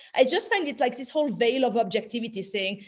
i just find it like this whole veil of objectivity saying,